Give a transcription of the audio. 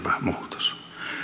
muutos